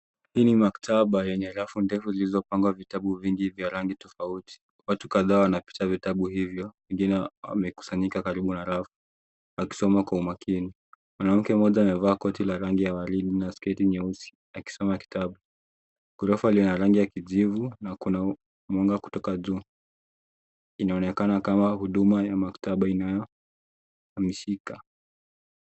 Hii ni maktaba yenye rafu nyingi zilizopangwa vitabu vingi vya rangi tofauti. Watu kadhaa wanapita vitabu hivyo, wengine wamekusanyika karibu na rafu wakisoma kwa umakini. Mwanamke mmoja amevaa koti la rangi ya waridi na sketi nyeusi akisoma kitabu. Ghorofa lina rangi ya kijivu na kuna nyumba kutoka juu, inaonekana kama huduma ya makataba inayoshika.